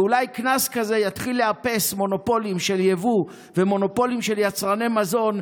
אולי קנס כזה יתחיל לאפס מונופולים של יבוא ומונופולים של יצרני מזון,